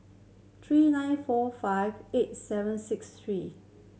three nine four five eight seven six three